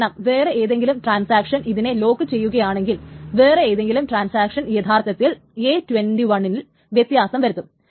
കാരണം വേറെ ഏതെങ്കിലും ട്രാൻസാക്ഷൻ ഇതിനെ ലോക്കുചെയ്യുകയാണെങ്കിൽ വേറെ ഏതെങ്കിലും ട്രാൻസാക്ഷൻ യഥാർത്ഥത്തിൽ a21 ൽ വ്യത്യാസംവരുത്തും